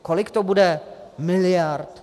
Kolik to bude miliard?